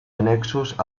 annexos